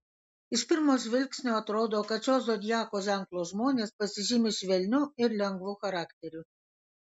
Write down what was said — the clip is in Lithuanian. iš pirmo žvilgsnio atrodo kad šio zodiako ženklo žmonės pasižymi švelniu ir lengvu charakteriu